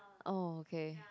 oh okay